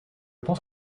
pense